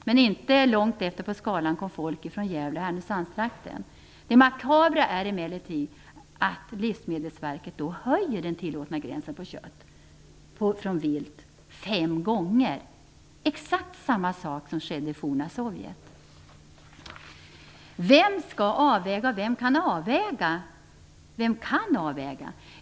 Men inte långt efter på skalan kom folk från Gävle och Härnösandstrakten. Det makabra är emellertid att Livsmedelsverket höjer den tillåtna gränsen fem gånger vad gäller kött från vilt. Exakt samma sak skedde i det forna Sovjet! Vem skall avväga, och vem kan avväga?